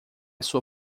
sua